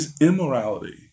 immorality